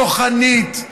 כוחנית,